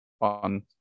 on